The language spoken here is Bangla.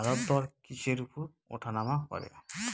বাজারদর কিসের উপর উঠানামা করে?